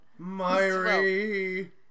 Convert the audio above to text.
Myri